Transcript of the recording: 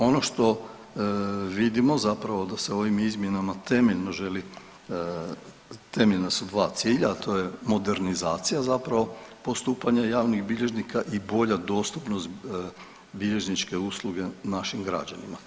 Ono što vidimo zapravo da se ovim izmjenama temeljno želi, temeljna su dva cilja, a to je modernizacija zapravo postupanja javnih bilježnika i bolja dostupnost bilježničke usluge našim građanima.